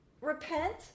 repent